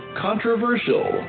controversial